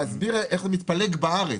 להסביר איך זה מתפלג בארץ.